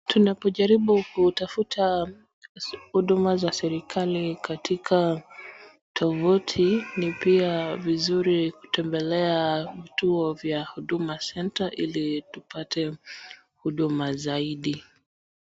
Tunapojaribu kutafuta huduma za serikali katika tovuti ni pia vizuri kutembelea vituo vya huduma centre ili tupate huduma zaidi.